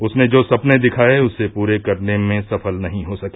उसने जो सपने दिखाये उसे पूरे करने में सफल नही हो सकी